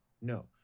No